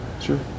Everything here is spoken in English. sure